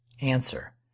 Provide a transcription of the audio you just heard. ANSWER